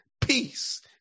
peace